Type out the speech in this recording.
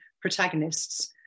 protagonists